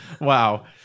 Wow